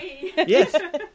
Yes